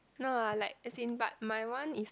no ah like as in but my one is